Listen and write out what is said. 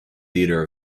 theater